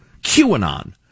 QAnon